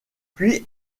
puis